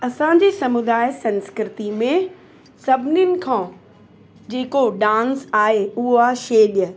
असांजी समुदाय संस्कृति में सभिनिनि खां जेको डांस आहे उहो आहे छेॼ